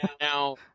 Now